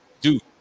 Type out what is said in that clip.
dude